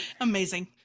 Amazing